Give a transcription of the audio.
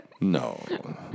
No